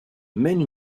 mène